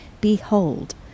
Behold